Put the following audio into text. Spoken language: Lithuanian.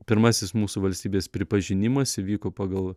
pirmasis mūsų valstybės pripažinimas įvyko pagal